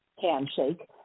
handshake